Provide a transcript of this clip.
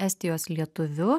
estijos lietuviu